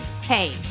Hey